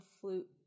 flute